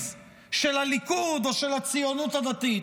של הליכוד או של הציונות הדתית.